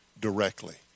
directly